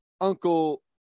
Uncle